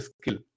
skill